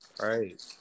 Right